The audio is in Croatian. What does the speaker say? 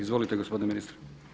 Izvolite gospodine ministre.